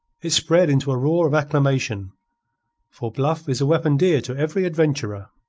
it spread into a roar of acclamation for bluff is a weapon dear to every adventurer.